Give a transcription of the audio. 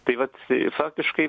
tai vat faktiškai